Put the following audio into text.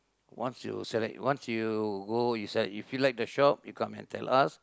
once you select once you go you select if you like the shop you come and tell us